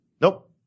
Nope